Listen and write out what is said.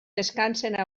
descansen